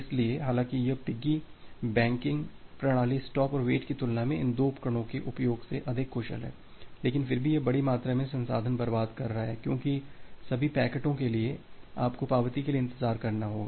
इसलिए हालांकि यह पिग्गीबैकिंग प्रणाली स्टॉप और वेट के की तुलना में इन दो उदाहरणों के उपयोग से अधिक कुशल है लेकिन फिर भी यह बड़ी मात्रा में संसाधन बर्बाद कर रहा है क्योंकि सभी पैकेटों के लिए आपको पावती के लिए इंतजार करना होगा